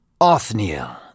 Othniel